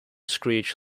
screech